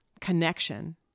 connection